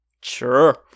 Sure